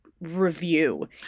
Review